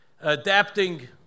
adapting